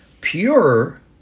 Pure